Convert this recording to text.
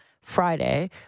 Friday